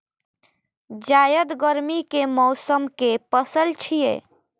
जायद गर्मी के मौसम के पसल छियै